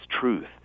truth